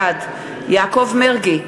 בעד יעקב מרגי,